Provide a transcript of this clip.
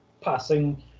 passing